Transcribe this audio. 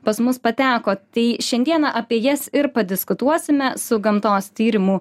pas mus pateko tai šiandieną apie jas ir padiskutuosime su gamtos tyrimų